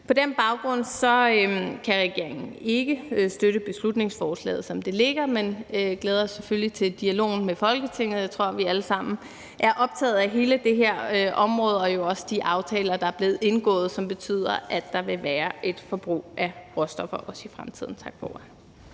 På den baggrund kan regeringen ikke støtte beslutningsforslaget, som det ligger, men vi glæder os selvfølgelig til dialogen med Folketinget. Jeg tror, vi alle sammen er optaget af hele det her område og jo også de aftaler, der er blevet indgået, som betyder, at der vil være et forbrug af råstoffer også i fremtiden. Tak for